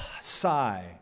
sigh